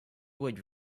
would